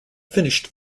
finished